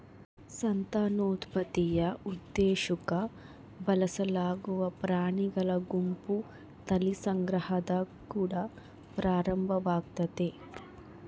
ಸಂತಾನೋತ್ಪತ್ತಿಯ ಉದ್ದೇಶುಕ್ಕ ಬಳಸಲಾಗುವ ಪ್ರಾಣಿಗಳ ಗುಂಪು ತಳಿ ಸಂಗ್ರಹದ ಕುಡ ಪ್ರಾರಂಭವಾಗ್ತತೆ